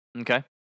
Okay